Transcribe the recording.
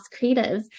Creatives